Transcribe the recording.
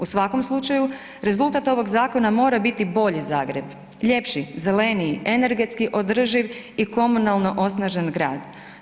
U svakom slučaju rezultat ovog zakona mora biti bolji Zagreb, ljepši, zeleniji, energetski održiv i komunalno osnažen grad.